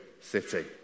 City